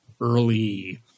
early